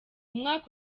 mwaka